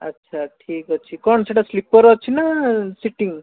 ଆଚ୍ଛା ଠିକ୍ ଅଛି କଣ ସେଟା ସ୍ଲିପର୍ ଅଛି ନା ସିଟିଂ